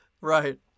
Right